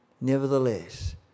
Nevertheless